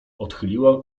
odchyliła